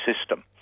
system